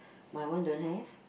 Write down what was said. my one don't have